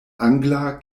angla